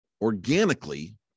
organically